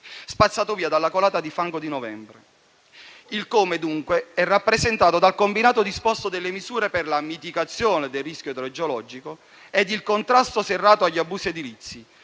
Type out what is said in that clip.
spazzato via dalla colata di fango di novembre. Il come è rappresentato dal combinato disposto delle misure per la mitigazione del rischio idrogeologico e il contrasto serrato agli abusi edilizi,